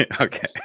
Okay